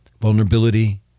Vulnerability